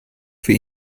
für